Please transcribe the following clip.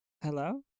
hello